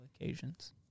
occasions